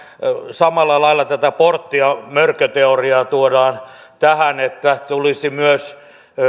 samalla lailla portti ja mörköteoriaa tuodaan tähän että tulisi myös